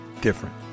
different